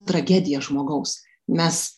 tragedija žmogaus mes